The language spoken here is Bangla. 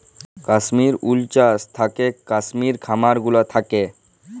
কাশ্মির উল চাস থাকেক কাশ্মির খামার গুলা থাক্যে